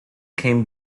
came